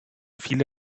viele